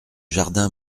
jardin